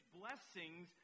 blessings